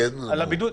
גור?